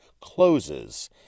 closes